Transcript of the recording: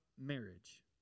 marriage